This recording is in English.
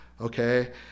okay